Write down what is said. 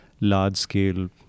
large-scale